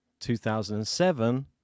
2007